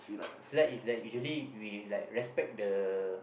silat is like usually we like respect the